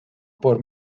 por